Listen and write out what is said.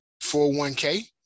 401k